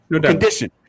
Condition